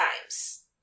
times